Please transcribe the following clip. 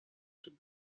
تونه